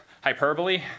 hyperbole